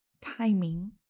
timing